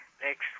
next